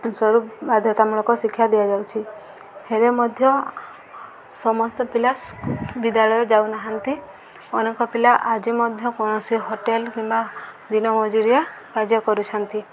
ସ୍ୱରୂପ ବାଧ୍ୟତାମୂଳକ ଶିକ୍ଷା ଦିଆଯାଉଛି ହେଲେ ମଧ୍ୟ ସମସ୍ତ ପିଲା ବିଦ୍ୟାଳୟ ଯାଉନାହାନ୍ତି ଅନେକ ପିଲା ଆଜି ମଧ୍ୟ କୌଣସି ହୋଟେଲ କିମ୍ବା ଦିନମଜୁରିଆ କାର୍ଯ୍ୟ କରୁଛନ୍ତି